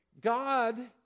God